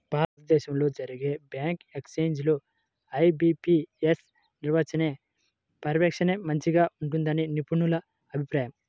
భారతదేశంలో జరిగే bank exams లో ఐ.బీ.పీ.యస్ నిర్వహించే పరీక్షనే మంచిగా ఉంటుందని నిపుణుల అభిప్రాయం